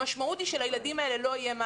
המשמעות היא שלילדים האלה לא יהיה מה